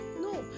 no